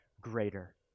greater